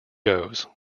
goes